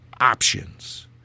options